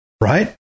right